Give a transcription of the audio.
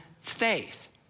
faith